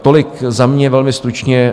Tolik za mě velmi stručně.